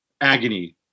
agony